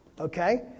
Okay